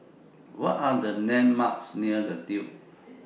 What Are The landmarks near The Duke